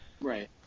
Right